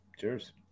Cheers